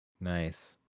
nice